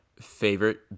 Favorite